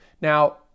Now